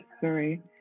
sorry